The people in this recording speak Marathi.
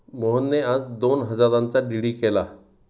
मोहनने आज दोन हजारांचा डी.डी केला